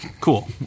Cool